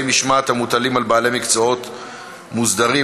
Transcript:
משמעת המוטלים על בעלי מקצועות מוסדרים,